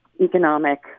economic